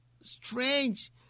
strange